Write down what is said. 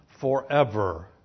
forever